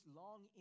long